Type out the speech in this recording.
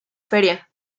feria